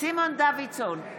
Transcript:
סימון דוידסון,